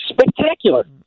spectacular